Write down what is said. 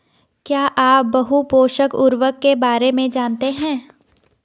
क्या आप बहुपोषक उर्वरक के बारे में जानते हैं?